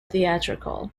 theatrical